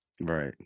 Right